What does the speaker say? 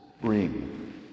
bring